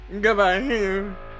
Goodbye